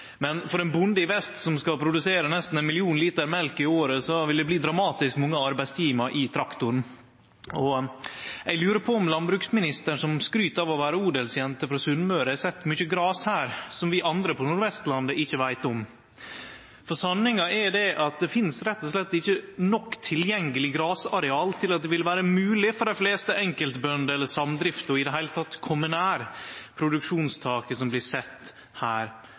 men for ein bonde i vest som skal produsere nesten ein million liter mjølk i året, vil det bli dramatisk mange arbeidstimar i traktoren. Eg lurer på om landbruksministeren, som skryt av å vere odelsjente frå Sunnmøre, har sett mykje gras her som vi andre på Nordvestlandet ikkje veit om. Sanninga er at det finst rett og slett ikkje nok tilgjengeleg grasareal til at det vil vere mogleg for dei fleste enkeltbønder eller samdrifter i det heile tatt å kome nær produksjonstaket som blir sett her,